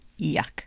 Yuck